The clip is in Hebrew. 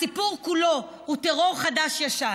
הסיפור כולו הוא טרור חדש-ישן,